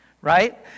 right